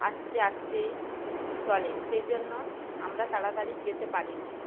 আস্তে আস্তে চলে সেজন্য আমরা তাড়াতাড়ি যেতে পারিনি